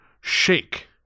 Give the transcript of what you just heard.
shake